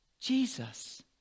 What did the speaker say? Jesus